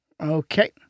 Okay